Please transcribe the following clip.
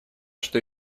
что